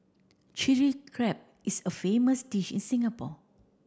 Chilli Crab is a famous dish in Singapore